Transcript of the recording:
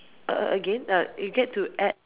a~ a~ again uh you get to add